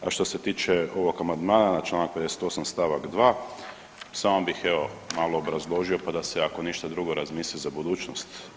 A što se tiče ovog amandmana na čl. 58. st. 2. samo bih evo malo obrazložio, pa da se ako ništa drugo razmisli za budućnost.